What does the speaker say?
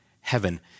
heaven